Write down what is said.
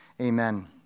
Amen